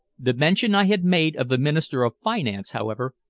the mention i had made of the minister of finance, however,